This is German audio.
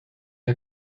der